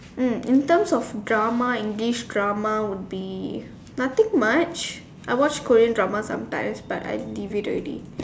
mm in terms of drama English drama would be nothing much I watch Korean drama sometimes but I deviate already